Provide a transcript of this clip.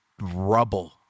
rubble